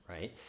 right